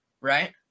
right